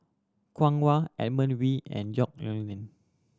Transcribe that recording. Kwong Wah Edmund Wee and Yong Nyuk Lin